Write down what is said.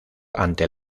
ante